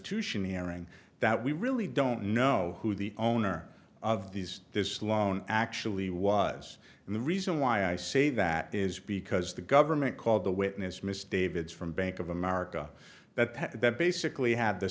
restitution hearing that we really don't know who the owner of these this loan actually was and the reason why i say that is because the government called the witness miss davids from bank of america that that basically had the